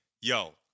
Yo